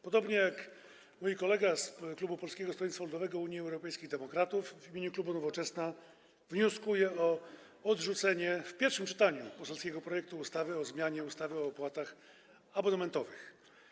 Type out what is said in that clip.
Podobnie jak mój kolega z klubu Polskiego Stronnictwa Ludowego - Unii Europejskich Demokratów w imieniu klubu Nowoczesna wnioskuję o odrzucenie w pierwszym czytaniu poselskiego projektu ustawy o zmianie ustawy o opłatach abonamentowych.